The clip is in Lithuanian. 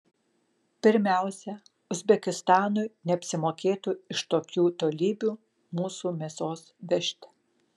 pirmiausia uzbekistanui neapsimokėtų iš tokių tolybių mūsų mėsos vežti